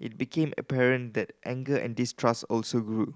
it became apparent that anger and distrust also grew